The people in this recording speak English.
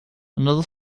another